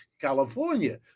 California